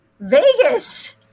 Vegas